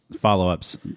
Follow-ups